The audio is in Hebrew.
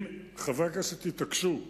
אם חברי הכנסת יתעקשו,